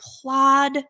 applaud